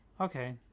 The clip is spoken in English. okay